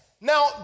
Now